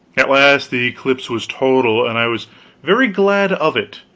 at last the eclipse was total, and i was very glad of it,